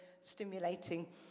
stimulating